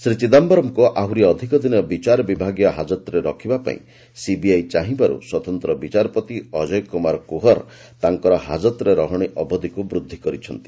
ଶ୍ରୀ ଚିଦାୟରମ୍ଙ୍କୁ ଆହୁରି ଅଧିକ ଦିନ ବିଚାରବିଭାଗୀୟ ହାଜତରେ ରଖିବା ପାଇଁ ସିବିଆଇ ଚାହିଁବାରୁ ସ୍ୱତନ୍ତ୍ର ବିଚାରପତି ଅଜୟ କୁମାର କୁହର ତାଙ୍କର ହାଜତରେ ରହଣୀର ଅବଧିକୁ ବୃଦ୍ଧି କରିଛନ୍ତି